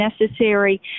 necessary